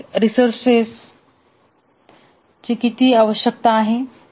प्रत्येक रिसोर्सेसची किती आवश्यकता आहे